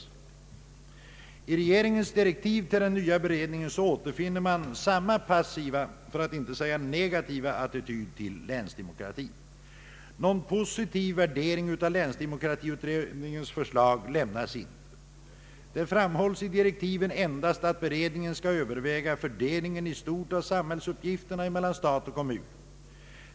I regeringens direktiv till den nya beredningen återfinner man samma passiva för att inte säga negetiva attityd till länsdemokratin. Någon positiv värdering av länsdemokratiutredningens förslag lämnas inte. Det framhålls i direktiven endast att beredningen skall överväga fördelningen i stort av samhällsuppgifterna mellan stat och kommun.